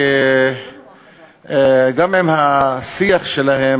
גם עם השיח שלהם,